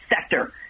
sector